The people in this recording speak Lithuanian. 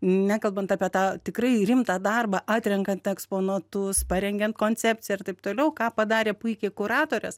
nekalbant apie tą tikrai rimtą darbą atrenkant eksponatus parengiant koncepciją ir taip toliau ką padarė puikiai kuratorės